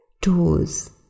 toes